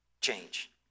change